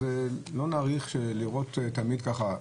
אז לא נאריך שלראות תמיד ככה,